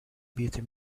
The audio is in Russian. убиты